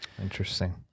Interesting